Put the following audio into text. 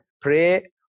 pray